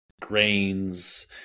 grains